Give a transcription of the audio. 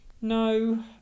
No